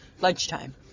lunchtime